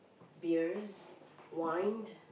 beers wined